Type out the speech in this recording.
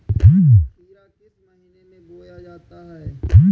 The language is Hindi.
खीरा किस महीने में बोया जाता है?